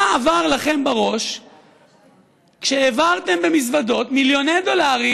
מה עבר לכם בראש כשהעברתם במזוודות מיליוני דולרים?